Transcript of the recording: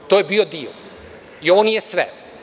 To je bio dil i ovo nije sve.